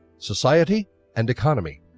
society and economy